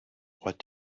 what